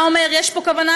אתה אומר: יש פה כוונה,